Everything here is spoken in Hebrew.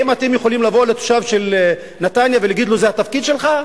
האם אתם יכולים לבוא לתושב נתניה ולהגיד לו: זה התפקיד שלך,